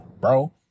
bro